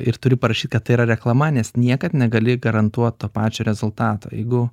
ir turi parašyt kad tai yra reklama nes niekad negali garantuot to pačio rezultato jeigu